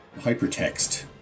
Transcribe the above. hypertext